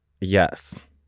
Yes